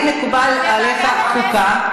האם מקובל עליך חוקה?